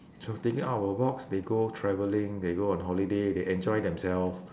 so thinking out of the box they go travelling they go on holiday they enjoy themselves